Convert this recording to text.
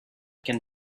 can